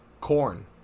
corn